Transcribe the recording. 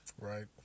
Right